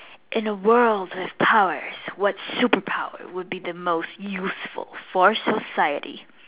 in a world with powers what super power world be most useful for society